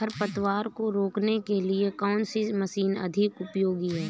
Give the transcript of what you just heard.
खरपतवार को रोकने के लिए कौन सी मशीन अधिक उपयोगी है?